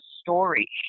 story